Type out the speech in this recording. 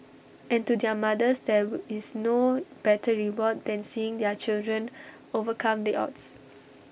and to their mothers there is no better reward than seeing their children overcome the odds